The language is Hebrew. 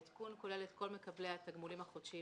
העדכון כולל את כל מקבלי התגמולים החודשיים